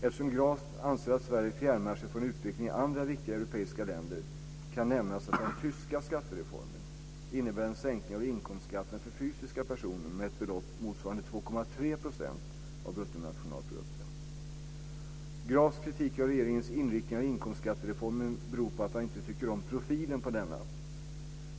Eftersom Graf anser att Sverige fjärmar sig från utvecklingen i andra viktiga europeiska länder kan nämnas att den tyska skattereformen innebär en sänkning av inkomstskatterna för fysiska personer med ett belopp motsvarande 2,3 % av bruttonationalprodukten. Grafs kritik av regeringens inriktning av inkomstskattereformen beror på att han inte tycker om profilen på denna.